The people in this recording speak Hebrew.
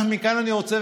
מכאן אני רוצה,